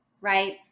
right